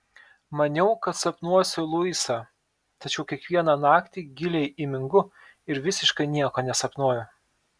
maniau kad sapnuosiu luisą tačiau kiekvieną naktį giliai įmingu ir visiškai nieko nesapnuoju